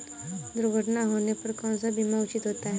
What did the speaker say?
दुर्घटना होने पर कौन सा बीमा उचित होता है?